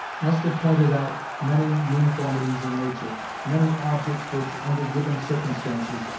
must have pointed out many uniformities in nature, many objects which, under given circumstances,